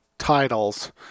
Titles